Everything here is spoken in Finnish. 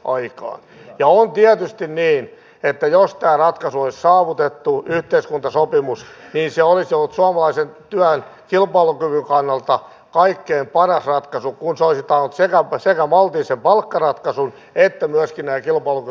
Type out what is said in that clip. ja on tietysti niin että jos tämä ratkaisu yhteiskuntasopimus olisi saavutettu niin se olisi ollut suomalaisen työn kilpailukyvyn kannalta kaikkein paras ratkaisu kun se olisi taannut sekä maltillisen palkkaratkaisun että myöskin nämä kilpailukykyä vahvistavat toimet